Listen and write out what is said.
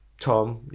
Tom